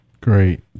Great